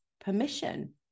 permission